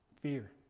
fear